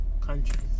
countries